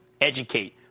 educate